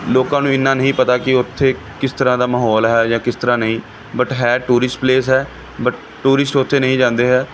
ਲੋਕਾਂ ਨੂੰ ਇੰਨਾ ਨਹੀਂ ਪਤਾ ਕਿ ਉੱਥੇ ਕਿਸ ਤਰ੍ਹਾਂ ਦਾ ਮਾਹੌਲ ਹੈ ਜਾਂ ਕਿਸ ਤਰ੍ਹਾਂ ਨਹੀਂ ਬਟ ਹੈ ਟੂਰਿਸਟ ਪਲੇਸ ਹੈ ਬਟ ਟੂਰਿਸਟ ਉੱਥੇ ਨਹੀਂ ਜਾਂਦੇ ਹੈ